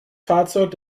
fahrzeug